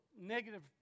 negative